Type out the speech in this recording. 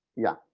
yeah.